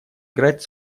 играть